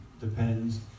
depends